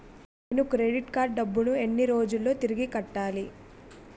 నేను credit card డబ్బును ఎన్ని రోజుల్లో తిరిగి కట్టాలి?